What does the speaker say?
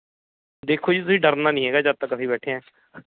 ਦੇਖੋ ਜੀ ਤੁਸੀਂ ਡਰਨਾ ਨਹੀਂ ਹੈਗਾ ਜਦ ਤੱਕ ਅਸੀਂ ਬੈਠੇ ਹਾਂ